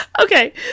Okay